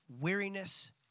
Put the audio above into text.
weariness